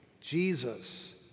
Jesus